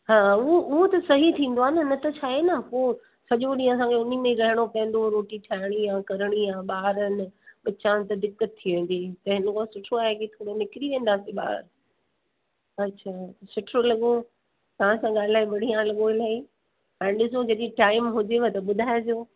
हा उहा उहा त सही ई थींदो आहे न त छा आहे न पोइ सॼो ॾींहुं असांखे उने में रहिणो पवंदो रोटी ठाहिणी आहे करिणी आहे ॿार आहिनि त चवा त दिक़त थी वेंदी त हिन खां सुठो आहे की निकिरी वेंदासीं ॿाहिरि अच्छा सुठो लॻो तव्हां सां ॻाल्हाए बढ़िया लॻो इलाही हाणे ॾिसो जॾीं टाइम हुजेव त ॿुधाइजो